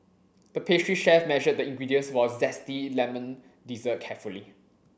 the pastry chef measured the ingredients for a zesty lemon dessert carefully